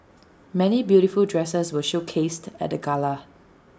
many beautiful dresses were showcased at the gala